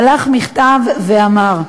שלח מכתב ואמר: